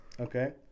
okay